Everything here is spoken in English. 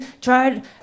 tried